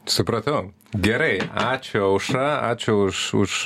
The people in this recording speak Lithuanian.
supratau gerai ačiū aušra ačiū už už